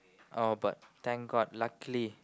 oh but thank god luckily